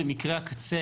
במקרי הקצה,